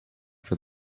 for